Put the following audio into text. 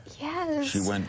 Yes